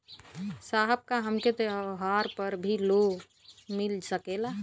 साहब का हमके त्योहार पर भी लों मिल सकेला?